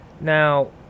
Now